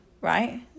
right